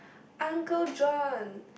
uncle John